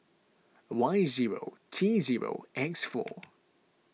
Y zero T zero X four